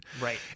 Right